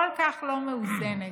כל כך לא מאוזנת,